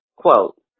quote